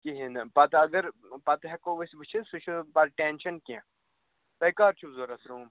کِہیٖنٛۍ نہٕ پَتہٕ اَگر پَتہٕ ہیٚکو أسۍ وُچھِتھ سُہ چھُ پَتہٕ ٹٮ۪نشن کیٚنٛہہ تۅہہِ کَر چھُو ضروٗرَت روٗم